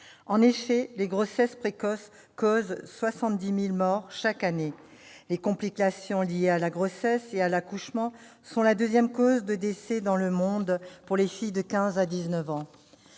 En effet, les grossesses précoces causent 70 000 morts chaque année. Les complications liées à la grossesse et à l'accouchement sont la deuxième cause de décès dans le monde pour les filles de 15 ans à 19 ans.